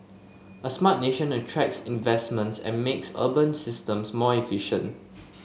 a Smart Nation attracts investments and makes urban systems more efficient